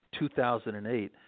2008